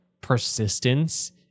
persistence